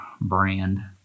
brand